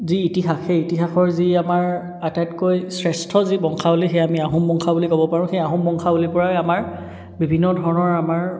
যি ইতিহাস সেই ইতিহাসৰ যি আমাৰ আটাইতকৈ শ্ৰেষ্ঠ যি বংশাৱলী সেয়া আমি আহোম বংশাৱলী বুলি ক'ব পাৰোঁ সেই আহোম বংশাৱলীৰ পৰাই আমাৰ বিভিন্ন ধৰণৰ আমাৰ